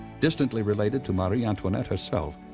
distantly related to marie antoinette herself,